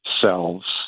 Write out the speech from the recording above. selves